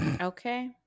Okay